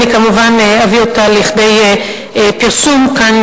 אני כמובן אביא אותה לכדי פרסום כאן,